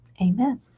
Amen